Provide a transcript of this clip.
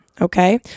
Okay